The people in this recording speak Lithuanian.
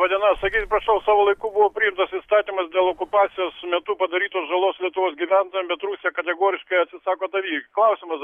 laba diena sakykit prašau savo laiku buvo priimtas įstatymas dėl okupacijos metu padarytos žalos lietuvos gyventojam bet rusija kategoriškai atsisako tą vykdyt klausimas